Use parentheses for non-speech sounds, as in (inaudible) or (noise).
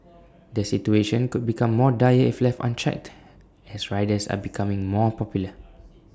the situation could become more dire if left unchecked (noise) as riders are becoming more popular